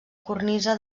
cornisa